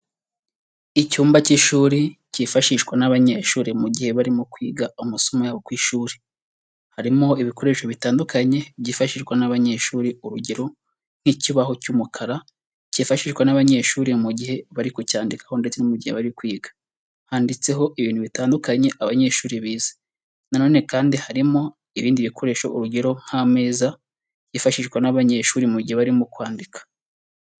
Icyumba cy'ishuri cyifashishwa n'abanyeshuri mu gihe barimo kwiga amasomo yabo ku ishuri. Harimo ibikoresho bitandukanye, byifashishwa n'abanyeshuri urugero, ikibaho cy'umukara cyifashishwa n'abanyeshuri mu gihe bari kucyandikaho ndetse n'igihe bari kwiga. Handitseho ibintu bitandukanye abanyeshuri bize. Nanone kandi harimo ibindi bikoresho urugero, nk'ameza yifashishwa n'abanyeshuri mu gihe barimo kwandika.